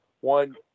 one